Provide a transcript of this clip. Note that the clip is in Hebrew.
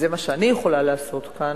וזה מה שאני יכולה לעשות כאן,